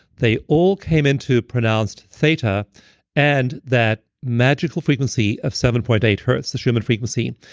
they all came into pronounced theta and that magical frequency of seven point eight hertz the shaman frequency.